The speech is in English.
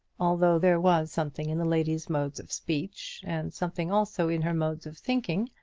although there was something in the lady's modes of speech, and something also in her modes of thinking,